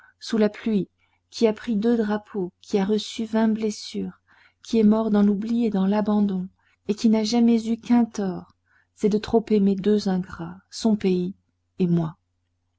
sous la pluie qui a pris deux drapeaux qui a reçu vingt blessures qui est mort dans l'oubli et dans l'abandon et qui n'a jamais eu qu'un tort c'est de trop aimer deux ingrats son pays et moi